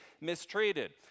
mistreated